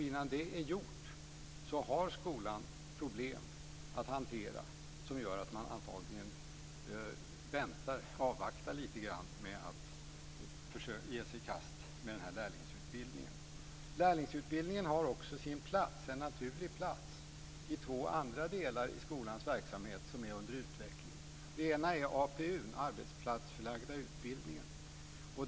Innan det är gjort har skolan problem att hantera som gör att man antagligen avvaktar lite grann med att ge sig i kast med lärlingsutbildningen. Lärlingsutbildningen har också en naturlig plats i två andra delar i skolans verksamhet som är under utveckling. Den ena är APU, den arbetsplatsförlagda utbildningen.